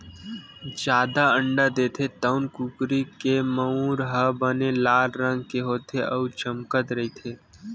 जादा अंडा देथे तउन कुकरी के मउर ह बने लाल रंग के होथे अउ चमकत रहिथे